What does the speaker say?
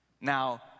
Now